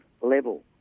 level